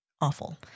awful